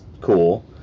cool